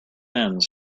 ends